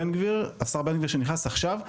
השר בן גביר שכנס עכשיו,